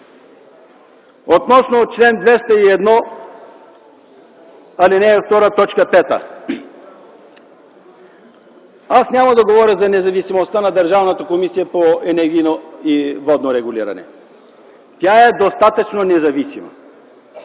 Относно чл. 201, ал. 2, т. 5. Аз няма да говоря за независимостта на Държавната комисия по енергийно и водно регулиране. Тя е достатъчно независима.